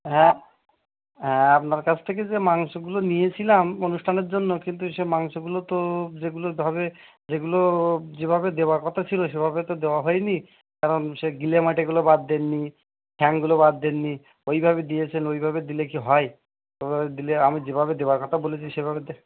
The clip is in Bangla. হ্যাঁ আপনার কাছ থেকে যে মাংসগুলো নিয়েছিলাম অনুষ্ঠানের জন্য কিন্তু সে মাংসগুলো তো যেগুলো ধবে যেগুলো যেভাবে দেওয়া কথা ছিলো সেভাবে তো দেওয়া হয় নি কারণ সে গিলে মেটেগুলো বাদ দেন নি ঠ্যাংগুলো বাদ দেন নি ওইভাবে দিয়েছেন ওইভাবে দিলে কি হয় ওভাবে দিলে আমি যেভাবে দেওয়ার কথা বলেছি সেভাবে দে